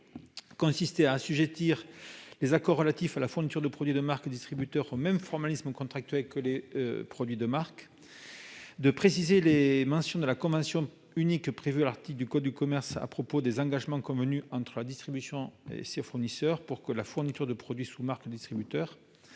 consiste à assujettir les accords relatifs à la fourniture de produits de marque de distributeur (MDD) au même formalisme contractuel que les produits de marque. Il s'agit de préciser les mentions de la convention unique prévues dans le code de commerce à propos des engagements convenus entre la grande distribution et ses fournisseurs pour la fourniture de produits sous marque de distributeur